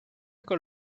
con